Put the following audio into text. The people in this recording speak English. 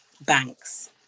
banks